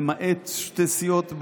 למעט שתי סיעות,